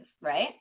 right